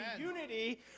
unity